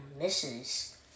misses